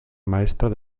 maestras